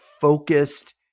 focused